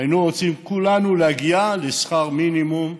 היינו רוצים כולנו להגיע לשכר מינימום כקצבה.